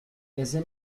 ese